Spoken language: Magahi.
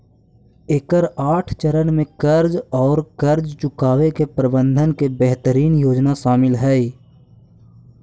एकर आठ चरण में कर्ज औउर कर्ज चुकावे के प्रबंधन के बेहतरीन योजना शामिल हई